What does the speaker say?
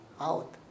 out